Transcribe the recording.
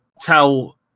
tell